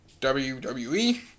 WWE